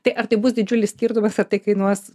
tai ar tai bus didžiulis skirtumas ar tai kainuos